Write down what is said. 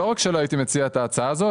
לא רק שלא הייתי מציע את ההצעה הזו,